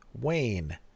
Wayne